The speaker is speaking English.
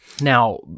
Now